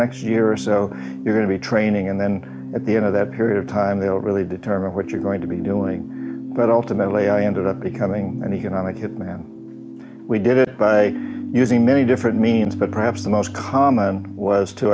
next year or so you're going to be training and then at the end of that period of time they'll really determine what you're going to be doing but ultimately i ended up becoming an economic hit man we did it by using many different means but perhaps the most common was to